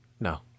No